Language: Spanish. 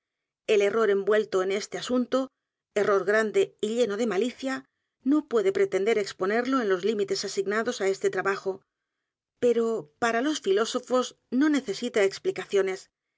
el error envuelto en este asunto error grande y lleno de malicia no puedo pretender exponerlo en los límites asignados á este trabajo pero para losfilósofos no necesita explicaciones